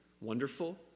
Wonderful